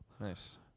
nice